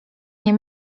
nie